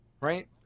right